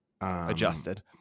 adjusted